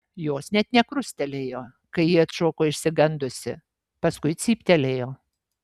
jos net nekrustelėjo kai ji atšoko išsigandusi paskui cyptelėjo